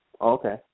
Okay